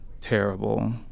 terrible